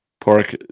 Pork